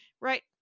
Right